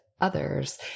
others